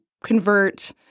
convert